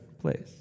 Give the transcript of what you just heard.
place